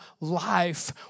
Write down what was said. life